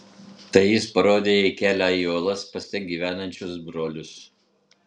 tai jis parodė jai kelią į uolas pas ten gyvenančius brolius